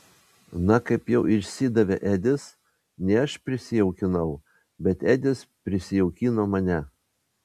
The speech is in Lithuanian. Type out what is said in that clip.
na kaip jau išsidavė edis ne aš prisijaukinau bet edis prisijaukino mane